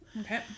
Okay